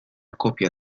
copia